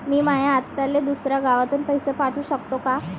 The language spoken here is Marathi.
मी माया आत्याले दुसऱ्या गावातून पैसे पाठू शकतो का?